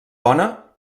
bona